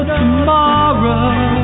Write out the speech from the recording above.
tomorrow